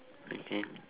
okay